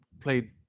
played